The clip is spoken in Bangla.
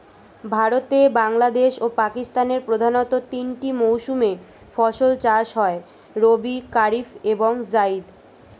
ভারতে, বাংলাদেশ ও পাকিস্তানের প্রধানতঃ তিনটি মৌসুমে ফসল চাষ হয় রবি, কারিফ এবং জাইদ